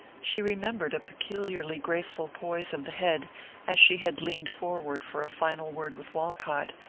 she remembered a peculiarly graceful poise of the head as she had leaned forward for a final word with walcott,